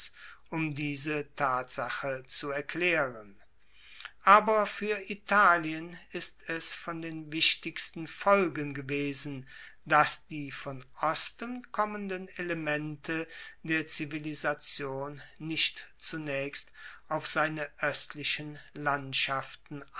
um diese tatsache zu erklaeren aber fuer italien ist es von den wichtigsten folgen gewesen dass die von osten kommenden elemente der zivilisation nicht zunaechst auf seine oestlichen landschaften